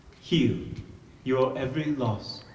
heal your every loss.